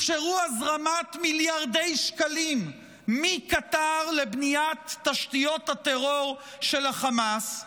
אפשרו הזרמת מיליארדי שקלים מקטר לבניית תשתיות הטרור של החמאס,